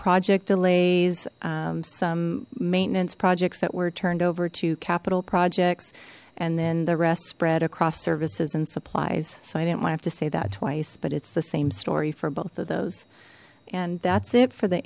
project delays some maintenance projects that were turned over to capital projects and then the rest spread across services and supplies so i didn't want have to say that twice but it's the same story for both of those and that's it for the